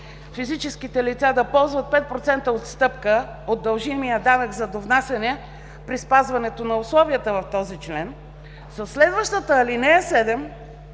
физическите лица да ползват 5% отстъпка от дължимия данък за довнасяне при спазването на условията в този член, със следващата ал. 7,